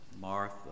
Martha